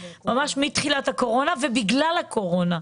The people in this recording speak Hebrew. ממש מתחילת הקורונה ובגלל הקורונה.